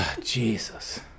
Jesus